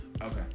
Okay